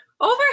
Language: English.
over